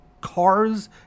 cars